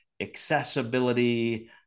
accessibility